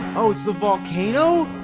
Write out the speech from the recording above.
oh, it's the volcano?